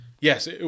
Yes